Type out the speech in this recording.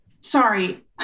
Sorry